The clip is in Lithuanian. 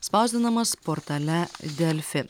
spausdinamas portale delfi